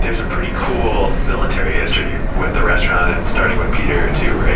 there's a pretty cool military history with the restaurant and starting with peter, too,